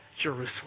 jerusalem